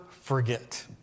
forget